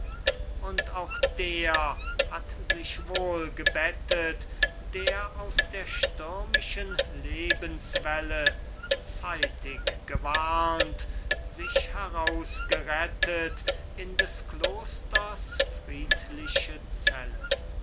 und auch der hast sich wohl gebettet der aus der stürmischen lebenswelle zeitig gewarnt sich heraus gerettet in des klosters friedliche zelle